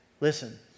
Listen